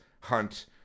hunt